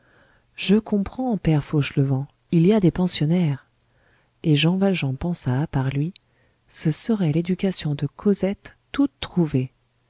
glas je comprends père fauchelevent il y a des pensionnaires et jean valjean pensa à part lui ce serait l'éducation de cosette toute trouvée